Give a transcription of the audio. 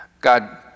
God